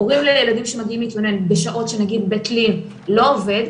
הורים לילדים שמגיעים להתלונן בשעות שנגיד בית לין לא עובד,